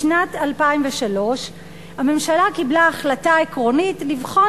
בשנת 2003 קיבלה הממשלה החלטה עקרונית לבחון